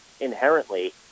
inherently